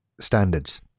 standards